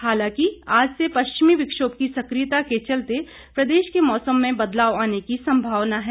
हालांकि आज से पश्चिमी विक्षोभ की सक्रियता के चलते प्रदेश के मौसम में बदलाव आने की संभावना है